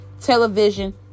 television